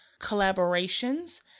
collaborations